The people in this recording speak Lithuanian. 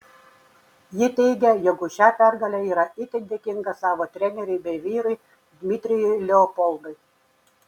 ji teigia jog už šią pergalę yra itin dėkinga savo treneriui bei vyrui dmitrijui leopoldui